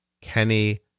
Kenny